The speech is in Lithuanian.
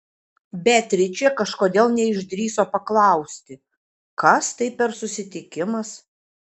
beatričė kažkodėl neišdrįso paklausti kas tai per susitikimas